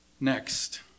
Next